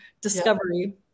discovery